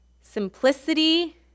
simplicity